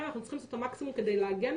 ואנחנו צריכים לעשות את המקסימום כדי להגן,